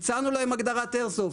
הצענו להם הגדרת איירסופט.